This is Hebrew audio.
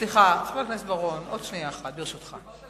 סליחה, חבר הכנסת בר-און, עוד שנייה אחת, ברשותך.